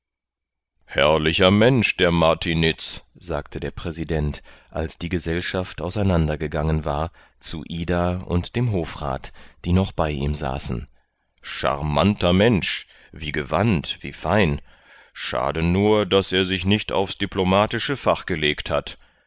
herrlicher mensch der martiniz sagte der präsident als die gesellschaft auseinander gegangen war zu ida und dem hofrat die noch bei ihm saßen scharmanter mensch wie gewandt wie fein schade nur daß er sich nicht aufs diplomatische fach gelegt hat